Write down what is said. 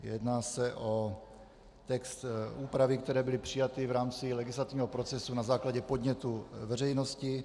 Jedná se o text, úpravy, které byly přijaty v rámci legislativního procesu na základě podnětů veřejnosti.